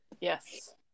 Yes